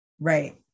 Right